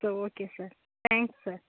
okay sir thanks sir